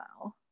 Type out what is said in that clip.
wow